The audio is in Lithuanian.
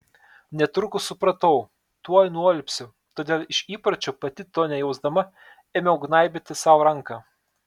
netrukus supratau tuoj nualpsiu todėl iš įpročio pati to nejausdama ėmiau gnaibyti sau ranką